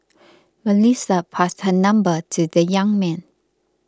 Melissa passed her number to the young man